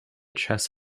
chess